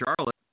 Charlotte